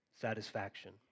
satisfaction